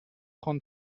trente